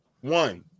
One